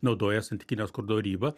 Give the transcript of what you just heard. naudoja santykinio skurdo ribą